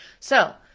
so,